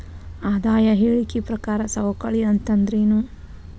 ಆದಾಯ ಹೇಳಿಕಿ ಪ್ರಕಾರ ಸವಕಳಿ ಅಂತಂದ್ರೇನು?